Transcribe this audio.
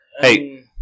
Hey